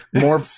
More